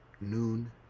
noon